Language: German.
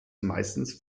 meistens